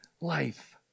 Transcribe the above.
life